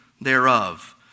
thereof